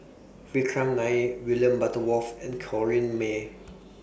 Vikram Nair William Butterworth and Corrinne May